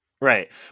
Right